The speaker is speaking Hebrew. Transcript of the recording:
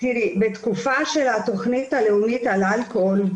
בתקופה של התוכנית הלאומית על האלכוהול,